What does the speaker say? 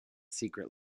secret